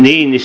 hingis